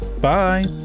Bye